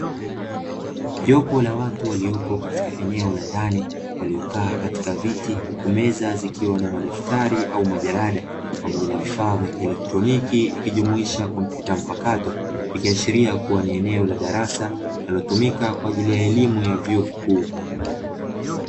Jopo la watu waliopo katika eneo la ndani, waliokaa katika viti huku meza zikiwa na madaftari au majarida, pamoja na vifaa vya kielektroniki, ikijumuisha kompyuta mpakato, ikiashiria kuwa ni eneo la darasa, linalotumika kwaajili ya elimu ya vyuo vikuu.